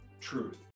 truth